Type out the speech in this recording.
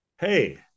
Hey